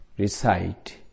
recite